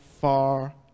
far